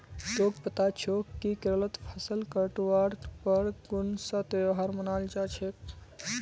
तोक पता छोक कि केरलत फसल काटवार पर कुन्सा त्योहार मनाल जा छे